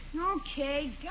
Okay